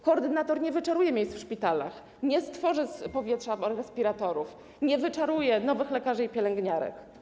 Koordynator nie wyczaruje miejsc w szpitalach, nie stworzy z powietrza respiratorów, nie wyczaruje nowych lekarzy i pielęgniarek.